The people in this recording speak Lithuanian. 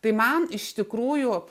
tai man iš tikrųjų